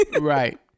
right